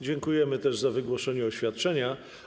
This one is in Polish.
Dziękujemy za wygłoszenie oświadczenia.